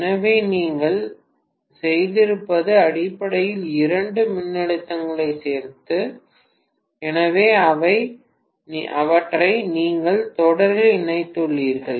எனவே நீங்கள் செய்திருப்பது அடிப்படையில் இரண்டு மின்னழுத்தங்களைச் சேர்த்தது எனவே அவற்றை நீங்கள் தொடரில் இணைத்துள்ளீர்கள்